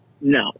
No